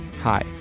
Hi